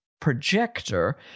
Projector